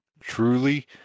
truly